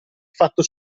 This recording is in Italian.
fatto